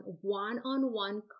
one-on-one